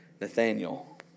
Nathaniel